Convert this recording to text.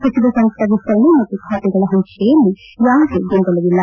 ಸಚಿವ ಸಂಪುಟ ವಿಸ್ತರಣೆ ಮತ್ತು ಖಾತೆಗಳ ಹಂಚಿಕೆಯಲ್ಲಿ ಯಾವುದೇ ಗೊಂದಲವಿಲ್ಲ